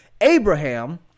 Abraham